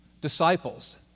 disciples